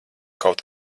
kaut